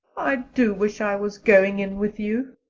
i do wish i was going in with you,